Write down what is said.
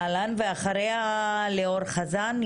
אחריה ליאור חזן,